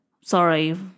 sorry